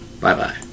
Bye-bye